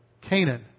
Canaan